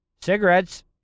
Cigarettes